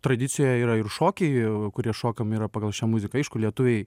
tradicijoje yra ir šokiai kurie šokami yra pagal šią muziką aišku lietuviai